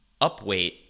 upweight